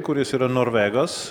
kuris yra norvegas